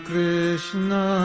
Krishna